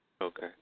Okay